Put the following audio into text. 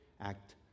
act